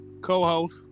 co-host